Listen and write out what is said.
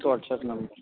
होच WhatsApp number